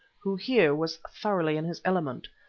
who here was thoroughly in his element,